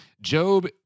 job